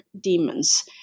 demons